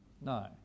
No